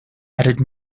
added